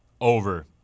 over